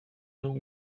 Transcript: nog